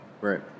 Right